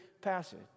passage